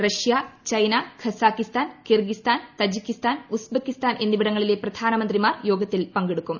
Russia China Kazakhstan Kyrgyzstan Tajikistan Uzbekistan എന്നിവിടങ്ങളിലെ പ്രധാനമന്ത്രിമാർ യോഗത്തിൽ പങ്കെടുക്കും